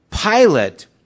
Pilate